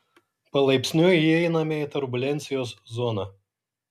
palaipsniui įeiname į turbulencijos zoną